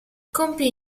compì